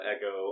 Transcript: Echo